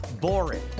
boring